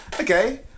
Okay